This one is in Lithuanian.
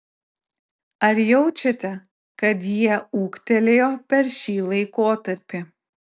ar jaučiate kad jie ūgtelėjo per šį laikotarpį